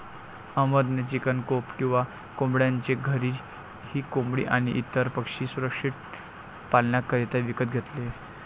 अहमद ने chicken coop किंवा कोंबड्यांचे घर ही कोंबडी आणी इतर पक्षी सुरक्षित पाल्ण्याकरिता विकत घेतले